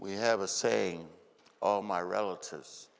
we have a saying all my relatives